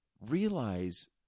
realize